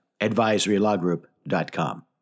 advisorylawgroup.com